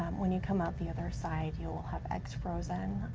when you come out the other side you will have eggs frozen